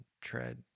tread